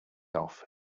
off